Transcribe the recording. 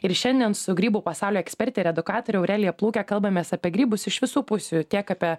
ir šiandien su grybų pasaulio eksperte ir edukatore aurelija plūke kalbamės apie grybus iš visų pusių tiek apie